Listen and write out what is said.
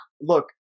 look